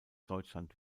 deutschland